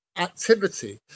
Activity